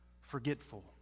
forgetful